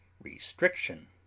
Restriction